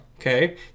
okay